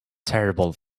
terrible